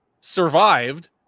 survived